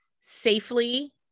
safely